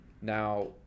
Now